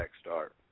start